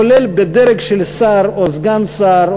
כולל בדרג של שר או סגן שר,